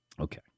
Okay